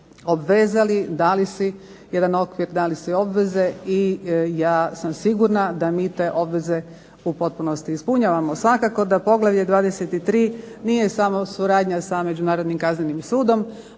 obvezali, dali si jedan okvir, dali si obveze i ja sam sigurna da mi te obveze u potpunosti ispunjavamo. Svakako da poglavlje 23 nije samo suradnja sa Međunarodnim kaznenim sudom,